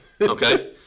Okay